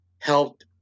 helped